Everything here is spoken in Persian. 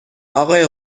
آقای